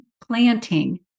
planting